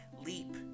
leap